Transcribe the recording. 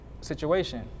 situation